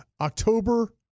October